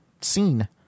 scene